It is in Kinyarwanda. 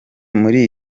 muri